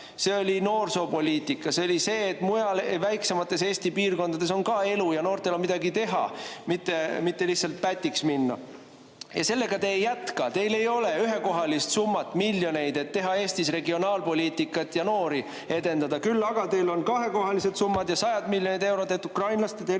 See oli noorsoopoliitika. See oli see, et mujal, väiksemates Eesti piirkondades on ka elu ja noortel on midagi teha, mitte lihtsalt pätiks minna. Sellega te ei jätka, teil ei ole ühekohalist summat miljoneid, et teha Eestis regionaalpoliitikat ja noori edendada, küll aga teil on kahekohalised summad ja sajad miljonid eurod, et ukrainlaste